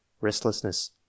restlessness